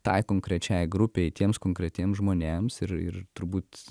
tai konkrečiai grupei tiems konkretiems žmonėms ir ir turbūt